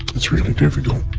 it's really difficult.